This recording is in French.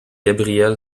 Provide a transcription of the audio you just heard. gabriel